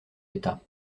état